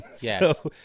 Yes